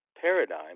paradigm